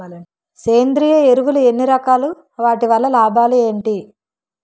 సేంద్రీయ ఎరువులు ఎన్ని రకాలు? వాటి వల్ల లాభాలు ఏంటి?